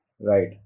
Right